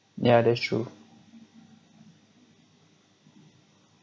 yeah that's true